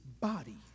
body